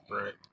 Right